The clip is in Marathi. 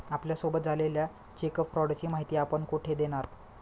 आपल्यासोबत झालेल्या चेक फ्रॉडची माहिती आपण कुठे देणार?